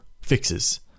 fixes